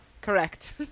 correct